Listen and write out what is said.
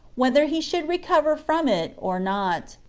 whether he should recover from it or not.